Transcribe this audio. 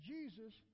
Jesus